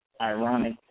ironic